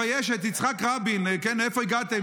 תגידי לי, איפה נפלתם?